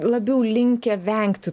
labiau linkę vengti